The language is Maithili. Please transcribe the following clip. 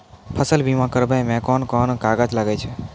फसल बीमा कराबै मे कौन कोन कागज लागै छै?